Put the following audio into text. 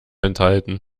enthalten